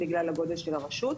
זה בגלל הגודל של הרשות.